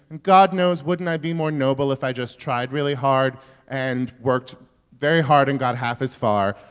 god knows, wouldn't i be more noble if i just tried really hard and worked very hard and got half as far?